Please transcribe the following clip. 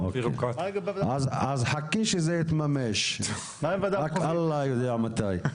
אז חכי שזה יתממש, רק אלוהים יודע מתי.